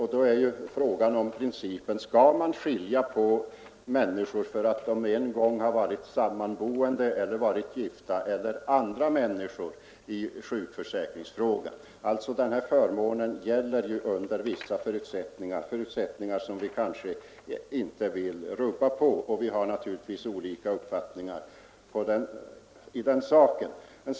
Här är det fråga om principen: Skall man i en sjukförsäkringsfråga skilja på människor som en gång varit sammanboende eller gifta och människor som inte varit det? Den här förmånen gäller under vissa förutsättningar, som jag inte vill ändra. Vi har naturligtvis olika meningar i den saken herr Westberg och jag.